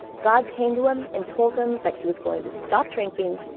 god came to him and told him that he was going to stop drinking,